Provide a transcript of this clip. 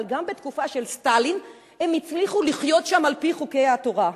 אבל גם בתקופה של סטלין הם הצליחו לחיות שם על-פי חוקי התורה.